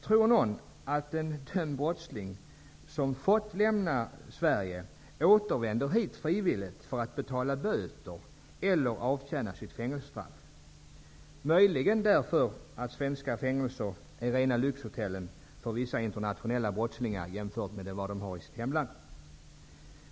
Tror någon att en dömd brottsling som fått lämna Sverige återvänder hit frivilligt för att betala böter eller avtjäna ett fängelsestraff? Möjligen skulle det vara för att svenska fängelser är rena lyxhotellen för vissa internationella brottslingar jämfört med vad som finns i deras hemländer.